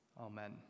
Amen